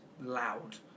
loud